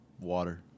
water